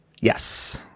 Yes